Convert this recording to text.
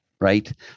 right